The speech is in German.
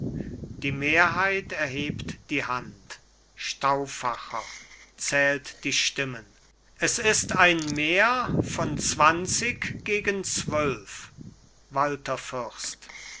die mehrheit erhebt die hand stauffacher zählt die stimmen es ist ein mehr von zwanzig gegen zwölf